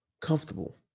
comfortable